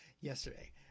yesterday